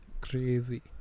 crazy